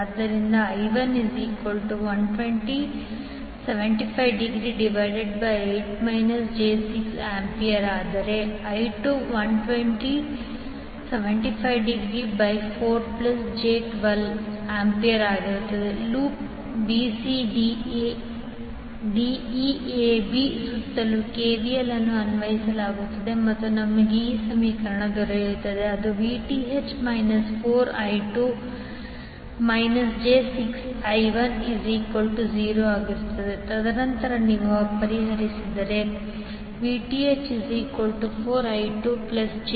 ಆದ್ದರಿಂದ I1120∠758 j6AI2120∠754j12A loop bcdeab ಸುತ್ತಲೂ KVL ಅನ್ನು ಅನ್ವಯಿಸಲಾಗುತ್ತಿದೆ VTh 4I2I10 ತದನಂತರ ನೀವು ಪರಿಹರಿಸಿದರೆ VTh4I2j6I1 480∠754j12720∠75908 j6 37